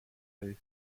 based